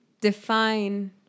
Define